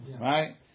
Right